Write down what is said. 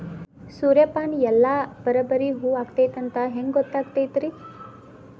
ಸೂರ್ಯಪಾನ ಎಲ್ಲ ಬರಬ್ಬರಿ ಹೂ ಆಗೈತಿ ಅಂತ ಹೆಂಗ್ ಗೊತ್ತಾಗತೈತ್ರಿ?